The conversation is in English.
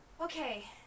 okay